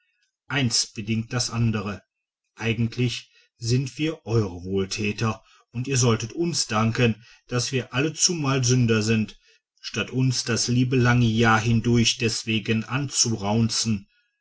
eines bedingt das andere eigentlich sind wir eure wohltäter und ihr solltet uns danken daß wir allzumal sünder sind statt uns das liebe lange jahr hindurch deswegen